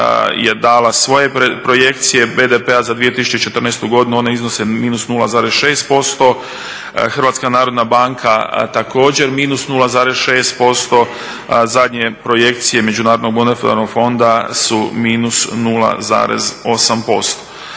je dala svoje projekcije BDP-a za 2014.godinu, one iznose minus 0,6%, HNB također minus 0,6%. Zadnje projekcije Međunarodnog monetarnog fonda su minus 0,8%.